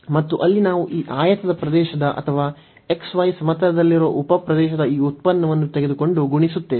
ಮತ್ತು ಅಲ್ಲಿ ನಾವು ಈ ಆಯತದ ಪ್ರದೇಶದ ಅಥವಾ xy ಸಮತಲದಲ್ಲಿರುವ ಉಪ ಪ್ರದೇಶದ ಈ ಉತ್ಪನ್ನವನ್ನು ತೆಗೆದುಕೊಂಡು ಗುಣಿಸುತ್ತೇವೆ